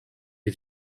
les